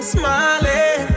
smiling